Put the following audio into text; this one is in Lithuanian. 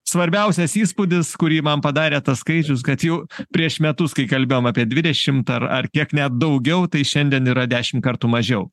svarbiausias įspūdis kurį man padarė tas skaičius kad jau prieš metus kai kalbėjom apie dvidešimt ar ar kiek net daugiau tai šiandien yra dešim kartų mažiau